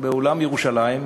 באולם "ירושלים",